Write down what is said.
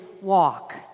walk